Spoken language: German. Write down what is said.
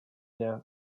der